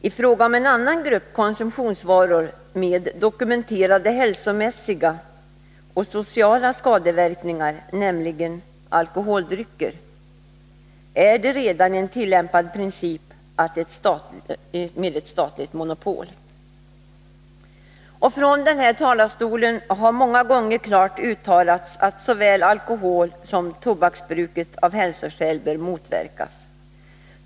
I fråga om en annan grupp konsumtionsvaror med dokumenterade hälsomässiga och sociala skadeverkningar, nämligen alkoholdrycker, är det redan en tillämpad princip med ett statligt monopol. Från denna talarstol har många gånger klart uttalats att såväl alkoholsom tobaksbruket av hälsoskäl bör motverkas.